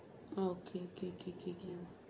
oh okay okay okay okay okay